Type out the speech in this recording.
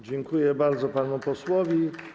Dziękuję bardzo panu posłowi.